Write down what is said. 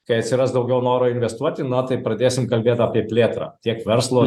kai atsiras daugiau noro investuoti na tai pradėsim kalbėt apie plėtrą tiek verslo